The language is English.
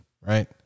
right